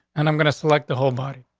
and i'm going select the whole body.